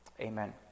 Amen